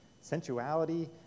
sensuality